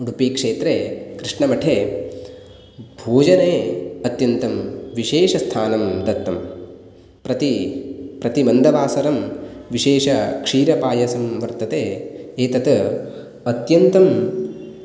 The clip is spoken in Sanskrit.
उडुपिक्षेत्रे कृष्णमठे भोजने अत्यन्तं विशेषस्थानं दत्तं प्रति प्रतिमन्दवासरं विशेषक्षीरपायसं वर्तते एतत् अत्यन्तं